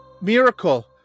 miracle